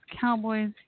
Cowboys